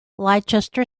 leicester